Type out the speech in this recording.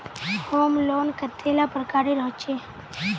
Home loan कतेला प्रकारेर होचे?